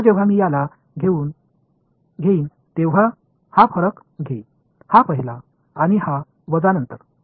जेव्हा जेव्हा मी याला घेईन तेव्हा मी हा फरक घेईन हा पहिला आणि हा वजा नंतर